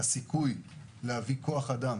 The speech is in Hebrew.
הסיכוי להביא כוח אדם